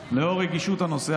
לאור רגישות הנושא,